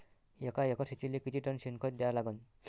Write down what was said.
एका एकर शेतीले किती टन शेन खत द्या लागन?